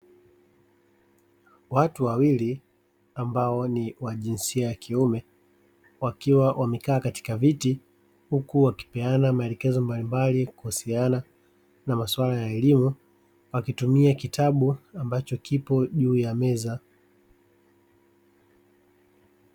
Watu wawili ambao ni wa jinsia ya kiume wakiwa wamekaa katika viti huku wakipeana maelekezo mbalimbali kuhusiana na maswala ya elimu wakitumia kitabu ambacho kipo juu ya meza.